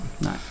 No